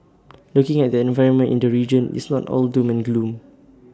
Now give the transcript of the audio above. looking at the environment in the region it's not all doom and gloom